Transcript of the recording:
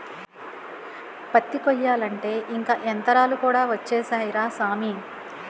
పత్తి కొయ్యాలంటే ఇంక యంతరాలు కూడా ఒచ్చేసాయ్ రా సామీ